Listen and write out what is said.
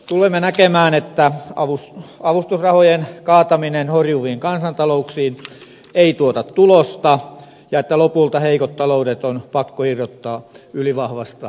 tulemme näkemään että avustusrahojen kaataminen horjuviin kansantalouksiin ei tuota tulosta ja että lopulta heikot taloudet on pakko irrottaa ylivahvasta eurosta